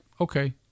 okay